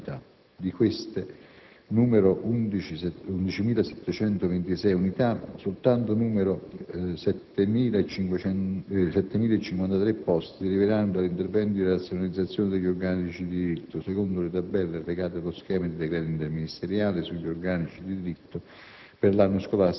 in oltre 28.000 unità. Di queste 11.726 unità, soltanto 7.053 posti deriveranno dall'intervento di razionalizzazione degli organici di diritto, secondo le tabelle allegate allo schema di decreto interministeriale sugli organici di diritto